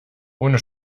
ohne